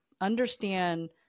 understand